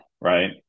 right